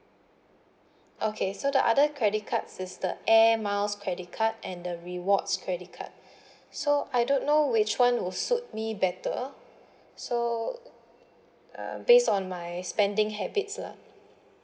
okay so the other credit card is the Air Miles credit card and the rewards credit card so I don't know which [one] would suit me better so um based on my spending habits lah